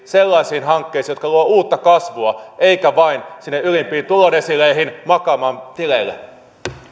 sellaisiin hankkeisiin jotka luovat uutta kasvua eikä vain sinne ylimpiin tulodesiileihin makaamaan tileille